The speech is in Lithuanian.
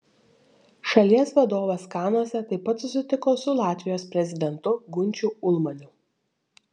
šalies vadovas kanuose taip pat susitiko su latvijos prezidentu gunčiu ulmaniu